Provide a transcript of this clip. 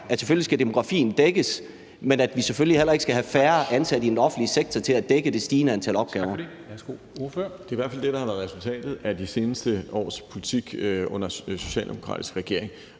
selvfølgelig skal dækkes, men at vi selvfølgelig heller ikke skal have færre ansatte i den offentlige sektor til at dække det stigende antal opgaver.